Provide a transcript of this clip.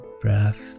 breath